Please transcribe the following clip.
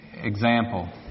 Example